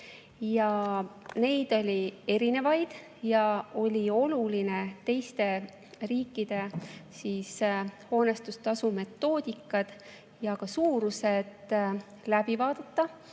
Neid oli erinevaid. Oli oluline teiste riikide hoonestustasude metoodikad ja suurused läbi vaadata,